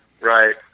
Right